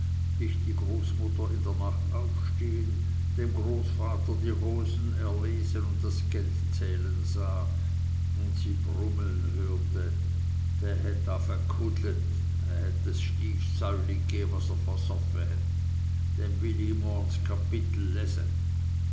die großmutter in der nacht aufstehen dem großvater die hosen erlesen und das geld zählen sah und sie brummen hörte dä het afa ghudlet es hätt es styfs säuli gäh was er versoffe het dem will